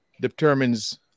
determines